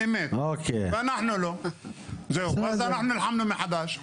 אמת, ואנחנו לא, ואז אנחנו נלחמנו מחדש.